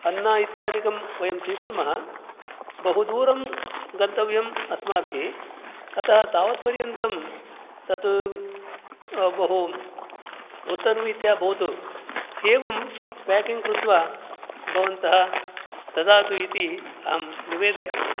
अन्नम् इत्यादिकं वयं स्वीकुर्मः बहुदूरं गन्तव्यम् अस्माभिः अतः तावत्पर्यन्तं तत् बहु उत्तमरीत्या भवतु एवं पेकिङ्ग् कृत्वा भवन्तः ददातु इति अहं निवेदयामि